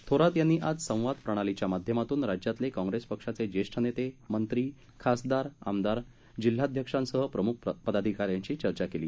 थोरात यांनी आज संवाद प्रणालीच्या माध्यमातून राज्यातले काँग्रेस पक्षाचे ज्येष्ठ नेते मंत्री खासदार आमदार जिल्हाध्यक्षांसह प्रमुख पदाधिकाऱ्यांशी चर्चा केली